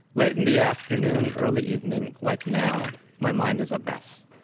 late in the afternoon, early evening, like now, my mind is a mess.